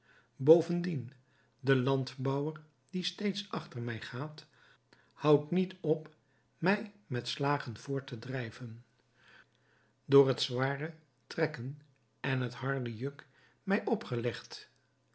bovendien de landbouwer die steeds achter mij gaat houdt niet op mij met slagen voort te drijven door het zware trekken en het harde juk mij opgelegd